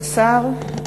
השר,